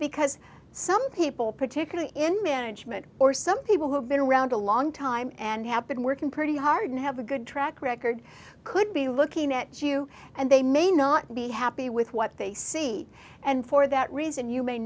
because some people particularly in management or some people who have been around a long time and have been working pretty hard and have a good track record could be looking at you and they may not be happy with what they see and for that reason you may